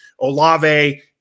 Olave